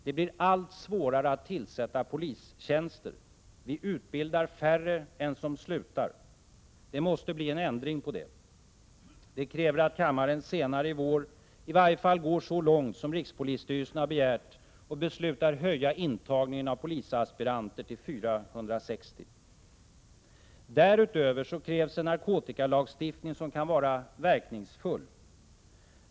Det blir allt svårare att tillsätta polistjänster. Vi utbildar färre än som slutar. Det måste bli en ändring på det. Det kräver att kammaren senare i vår i varje fall går så långt som rikspolisstyrelsen har begärt och beslutar höja intagningen av polisaspiranter till 460. Därutöver krävs en narkotikalagstiftning som kan vara verkningsfull.